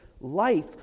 life